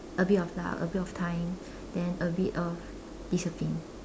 a bit of luck a bit of time then a bit of discipline